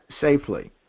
safely